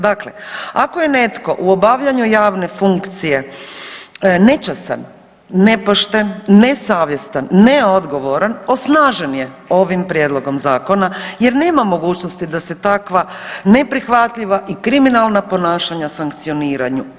Dakle, ako je netko u obavljanju javne funkcije nečasan, nepošten, nesavjestan, neodgovoran osnažen je ovim prijedlogom zakona jer nema mogućnosti da se takva neprihvatljiva i kriminalna ponašanja sankcioniraju.